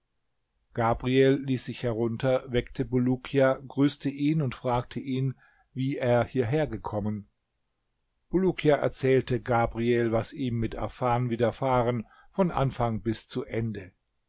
gabriel ließ sich herunter weckte bulukia grüßte ihn und fragte ihn wie er hierher gekommen bulukia erzählte gabriel was ihm mit afan widerfahren von anfang bis zu ende